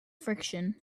friction